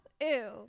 Ew